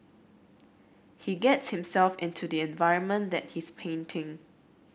he gets himself into the environment that he's painting